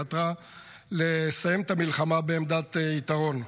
חתרה לסיים את המלחמה בעמדת יתרון.